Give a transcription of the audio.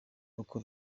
kuko